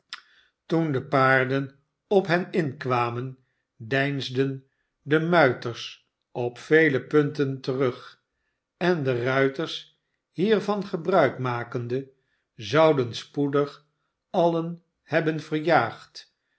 toen de paarden op hen inkwamen deinsden de muiters op vele punten terug en de ruiters hiervan gebruik makende zouden spoedig alien hebben verjaagd